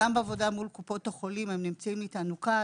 גם בעבודה מול קופות החולים, שנמצאים איתנו כאן.